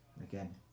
again